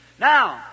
Now